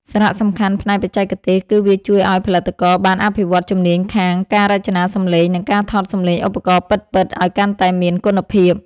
សារៈសំខាន់ផ្នែកបច្ចេកទេសគឺវាជួយឱ្យផលិតករបានអភិវឌ្ឍជំនាញខាង ការរចនាសំឡេង និងការថតសំឡេងឧបករណ៍ពិតៗឱ្យកាន់តែមានគុណភាព។